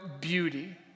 beauty